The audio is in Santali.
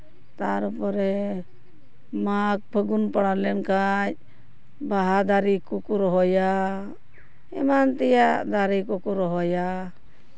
ᱛᱟᱨᱯᱚᱨᱮ ᱢᱟᱜᱽ ᱯᱷᱟᱹᱜᱩᱱ ᱯᱟᱲᱟᱣ ᱞᱮᱱᱠᱷᱟᱱ ᱵᱟᱦᱟ ᱫᱟᱨᱮ ᱠᱚᱠᱚ ᱨᱚᱦᱚᱭᱟ ᱮᱢᱟᱱ ᱛᱮᱭᱟᱜ ᱫᱟᱨᱮ ᱠᱚᱠᱚ ᱨᱚᱦᱚᱭᱟ